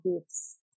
gifts